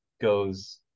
goes